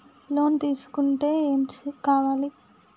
Loan తీసుకుంటే ఏం కావాలి?